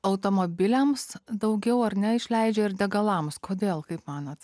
automobiliams daugiau ar ne išleidžia ir degalams kodėl kaip manot